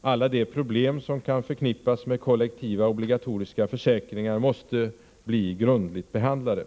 Alla de problem som kan förknippas med kollektiva, obligatoriska försäkringar måste bli grundligt behandlade.